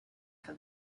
for